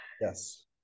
Yes